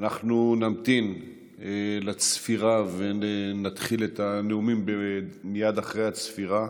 אנחנו נמתין לצפירה ונתחיל את הנאומים מייד אחרי הצפירה.